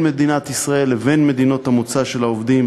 מדינת ישראל לבין מדינות המוצא של העובדים,